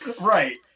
Right